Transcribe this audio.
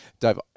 dave